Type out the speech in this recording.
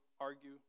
argue